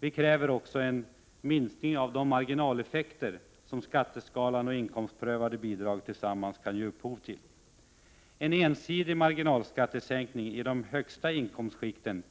Vi kräver också en minskning a de marginaleffekter som skatteskalan och inkomstprövade bidrag tillsam mans kan ge upphov till. En ensidig marginalskattesänkning i de högsta inkomstskikten